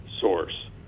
source